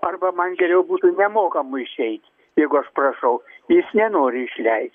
arba man geriau būtų nemokamai išeit jeigu aš prašau jis nenori išleist